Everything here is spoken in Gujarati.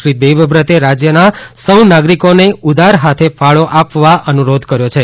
શ્રી દેવવ્રતે રાજ્યના સૌ નાગરિકોને ઉદાર હાથે ફાળો આપવા અનુરોધ કર્યો છે